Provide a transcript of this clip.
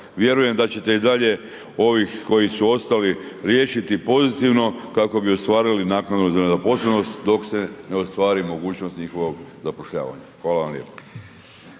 vjerujem da ćete i dalje ovih koji su ostali riješiti pozitivno kako bi ostvarili naknadu za nezaposlenost dok se ne ostvari mogućnost njihovog zapošljavanja. Hvala vam lijepa.